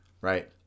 Right